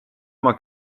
oma